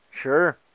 Sure